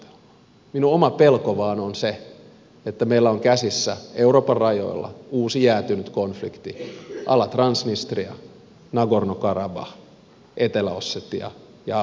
minun oma pelkoni vain on se että meillä on käsissämme euroopan rajoilla uusi jäätynyt koflikti a la transnistria nagorno karabah etelä ossetia ja abhasia